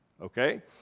Okay